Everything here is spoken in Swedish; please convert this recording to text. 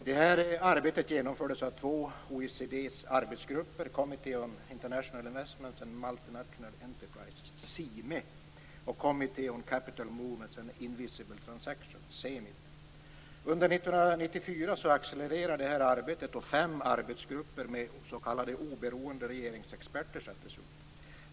Det här arbetet genomfördes av två av OECD:s arbetsgrupper, nämligen Committee on International Investment and Multinational Enterprises, CIME, och Committee on Capital Movements and Invisiable Transactions, CCMIT. Under 1994 accelererade det här arbetet och fem arbetsgrupper med s.k. oberoende regeringsexperter tillsattes.